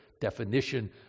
definition